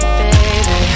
baby